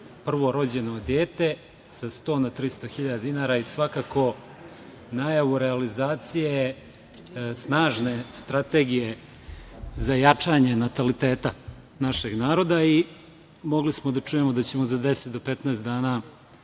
prvorođeno dete sa 100 na 300 hiljada dinara i svakako najavu realizacije snažne strategije za jačanje nataliteta našeg naroda i mogli smo da čujemo da ćemo za 10 do 15 dana